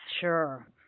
Sure